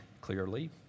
clearly